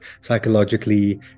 psychologically